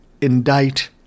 indict